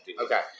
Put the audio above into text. Okay